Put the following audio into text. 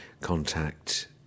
contact